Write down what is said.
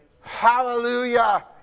Hallelujah